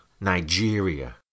Nigeria